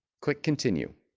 click continue